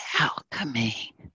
alchemy